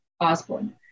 Osborne